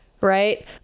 right